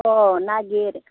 अह नागिर